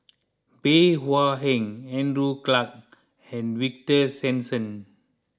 Bey Hua Heng Andrew Clarke and Victor Sassoon